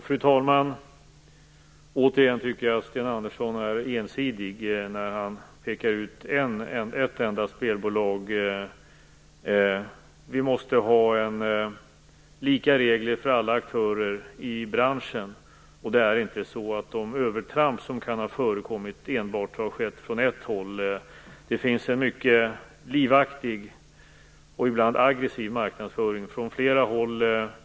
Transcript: Fru talman! Återigen tycker jag att Sten Andersson är ensidig när han pekar ut ett enda spelbolag. Vi måste ha lika regler för alla aktörer i branschen. De övertramp som kan ha förekommit har inte enbart skett från ett håll. Det finns en mycket livaktig och ibland aggressiv marknadsföring från flera håll.